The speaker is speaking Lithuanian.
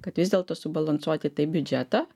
kad vis dėlto subalansuoti taip biudžetą